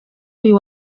uyu